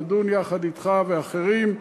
תדון יחד אתך ואחרים.